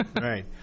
right